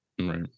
Right